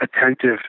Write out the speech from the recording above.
attentive